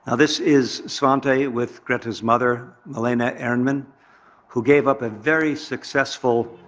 ah this is svante with greta's mother, malena ernman who gave up a very successful